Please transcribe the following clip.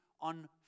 on